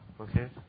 Okay